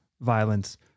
violence